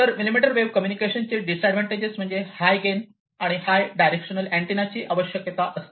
तर millimetre wave कम्युनिकेशनचे disadvantage म्हणजे हाय गेन आणि हाय डायरेक्शनल अँन्टेनाची आवश्यकता आहे